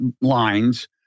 lines